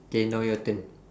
K now your turn